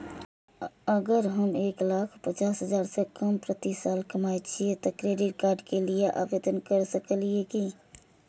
अगर हम एक लाख पचास हजार से कम प्रति साल कमाय छियै त क्रेडिट कार्ड के लिये आवेदन कर सकलियै की?